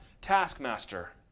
taskmaster